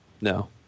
No